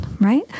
right